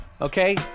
Okay